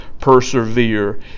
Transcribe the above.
persevere